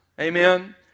Amen